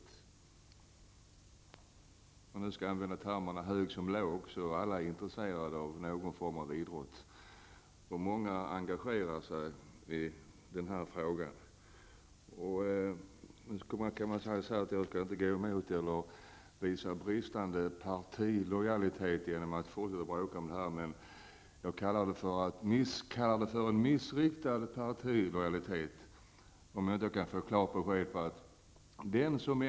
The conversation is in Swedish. Alla -- om man nu skall använda termen ''hög som låg'' -- är intresserade av någon form av idrott, och många engagerar sig i frågan om våldet i anslutning till idrottsevenemang. Man kan säga att jag inte skall visa brist på partilojalitet genom att fortsätta bråka om kostnadsansvaret för polisbevakning, men jag kallar det för missriktad partilojalitet, om jag skulle avstå från att begära klart besked.